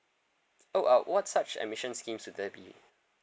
oh uh what such admission schemes would there be